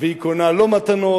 והיא קונה לו מתנות,